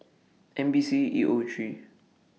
N B C E O three